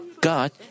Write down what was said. God